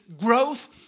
Growth